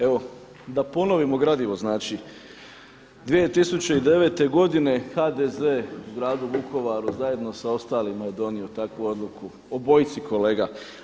Evo da ponovimo gradivo, znači 2009. godine HDZ u Gradu Vukovaru zajedno sa ostalima je donio takvu odluku obojici kolega.